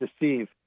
deceive